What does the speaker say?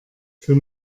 für